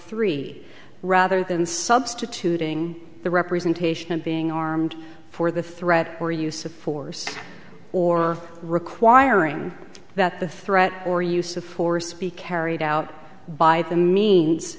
three rather than substituting the representation of being armed for the threat or use of force or requiring that the threat or use of force be carried out by the means